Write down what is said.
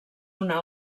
una